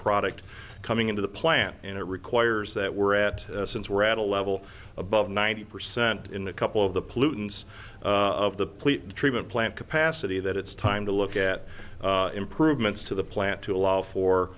product coming into the plant and it requires that we're at since we're at a level above ninety percent in a couple of the pollutants of the pleat treatment plant capacity that it's time to look at improvements to the plant to allow for